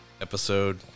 episode